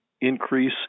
increase